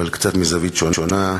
אבל קצת מזווית שונה,